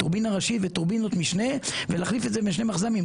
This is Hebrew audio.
טורבינה ראשית וטורבינת משנה ולהחליף את זה בשני מחז"מים,